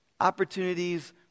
Opportunities